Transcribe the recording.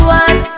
one